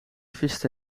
viste